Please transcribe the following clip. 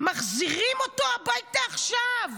"מחזירים אותו הביתה עכשיו",